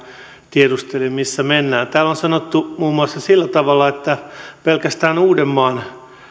tiedustelin missä mennään täällä on sanottu muun muassa sillä tavalla että pelkästään uudenmaan